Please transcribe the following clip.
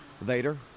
Vader